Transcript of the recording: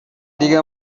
دیگه